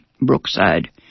Brookside